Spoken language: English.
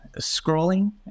scrolling